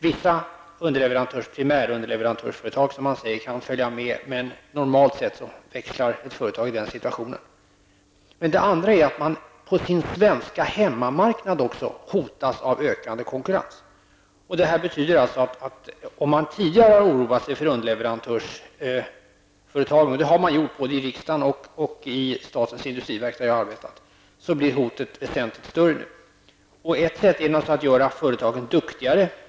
Vissa primärunderleverantörsföretag kan följa med. Men normalt sett växlar ett företag underleverantör i den situationen. Det andra sättet är att man på den svenska hemmamarknaden hotas av ökande konkurrens. Det betyder att om man tidigare har oroat sig för underleverantörsföretagen -- vilket man har gjort både i riksdagen och i statens industriverk där jag har arbetat -- blir hotet väsentligt större. Ett sätt är naturligtvis att göra företagen duktigare.